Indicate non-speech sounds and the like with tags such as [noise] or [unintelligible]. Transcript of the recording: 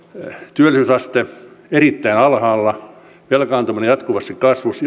työllisyysaste erittäin alhaalla velkaantuminen jatkuvasti kasvussa [unintelligible]